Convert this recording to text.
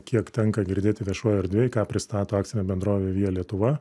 kiek tenka girdėti viešojoj erdvėj ką pristato akcinė bendrovė via lietuva